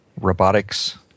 Robotics